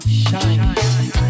shine